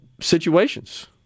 situations